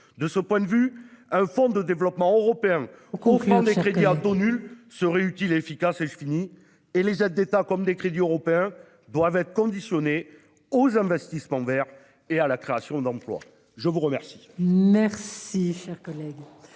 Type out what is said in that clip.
De ce point de vue, un fonds de développement européen offrant des crédits à taux nul serait utile et efficace. Veuillez conclure, mon cher collègue ! Les aides d'État, comme les crédits européens, doivent être conditionnées aux investissements verts et à la création d'emplois. La parole